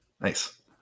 Nice